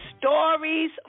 stories